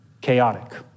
chaotic